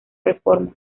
reforma